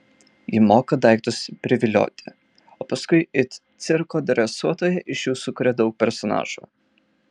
ji moka daiktus privilioti o paskui it cirko dresuotoja iš jų sukuria daug personažų